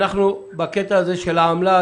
בקטע הזה של העמלה,